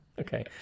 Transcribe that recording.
okay